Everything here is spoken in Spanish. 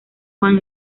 juan